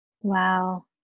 wow